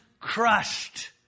crushed